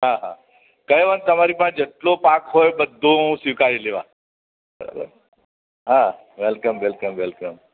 હા કાંઈ વાંધો નહીં તમારી પાસે જેટલો પાક હોય એ બધો હું સ્વીકારી લઈશ બરાબર હા વેલકમ વેલકમ વેલકમ